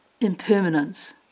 impermanence